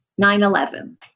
9-11